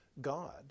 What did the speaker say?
God